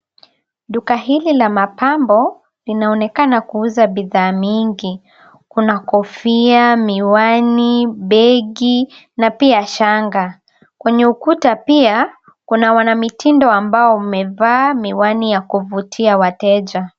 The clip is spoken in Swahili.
Duka hili la mapambo linaonekana kuuza bidhaa mingi. Kuna kofia, miwani, begi na pia shanga. Kwenye ukuta pia kuna wana mitindo ambao wamevaa miwani ya kuvutia wateja.